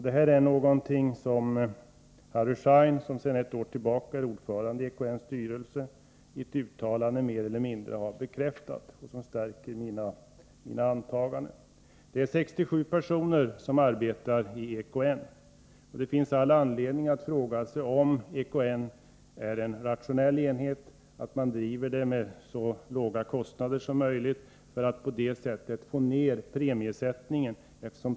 Detta är någonting som Harry Schein, som sedan ett år tillbaka är ordförande i EKN:s styrelse, i ett uttalande mer eller mindre har bekräftat, och det stärker mina antaganden. Det är 67 personer som arbetar i EKN. Det finns all anledning att fråga sig om EKN äär en rationell enhet och om den drivs med så låga kostnader som möjligt, så att man kan få ned premiesättningen.